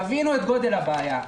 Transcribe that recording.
תבינו את גודל הבעיה.